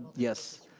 yes.